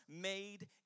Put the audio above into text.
made